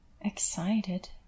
excited